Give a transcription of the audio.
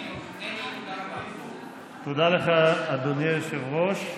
תודה לך, אדוני היושב-ראש.